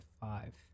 five